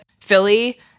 Philly